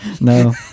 no